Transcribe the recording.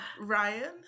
Ryan